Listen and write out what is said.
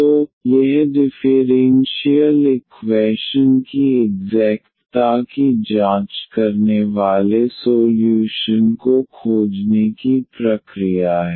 तो यह differential equation की इग्ज़ैक्ट ता की जांच करने वाले सोल्यूशन को खोजने की प्रक्रिया है